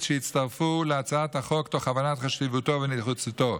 שהצטרפו להצעת החוק תוך הבנת חשיבותו ונחיצותו.